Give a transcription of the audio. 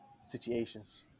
situations